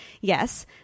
Yes